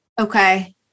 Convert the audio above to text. Okay